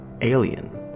alien